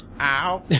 Ow